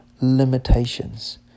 limitations